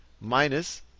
minus